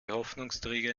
hoffnungsträger